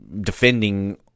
defending